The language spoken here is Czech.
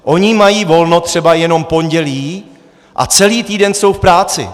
Oni mají volno třeba jenom v pondělí a celý týden jsou v práci.